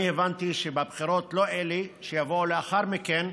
אני הבנתי שבבחירות, לא אלה, אלה שיבואו לאחר מכן,